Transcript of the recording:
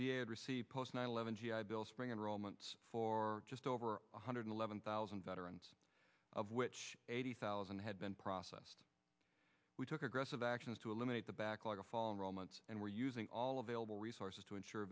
the addressee post nine eleven g i bill spring enrollment for just over one hundred eleven thousand veterans of which eighty thousand had been processed we took aggressive actions to eliminate the backlog of fallen romance and were using all available resources to ensure